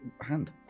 hand